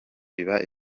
biba